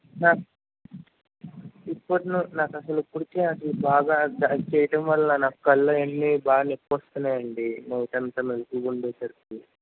నా ఇప్పుడు నాకు అసలు నాకు ఇప్పుడికే అసలు బాగా చేయటం వల్ల నాకు కళ్ళు అవన్నీ బాగా నొప్పి వస్తున్నాయి అండి నైట్ అంతా మెలుకునుండే సరికి